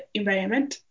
environment